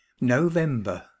November